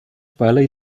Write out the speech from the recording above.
valley